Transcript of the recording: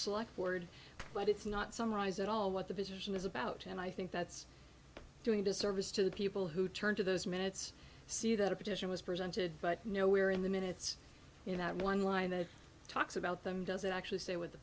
select board but it's not summarized at all what the vision is about and i think that's doing a disservice to the people who turn to those minutes see that a petition was presented but nowhere in the minutes in that one line that talks about them doesn't actually say what the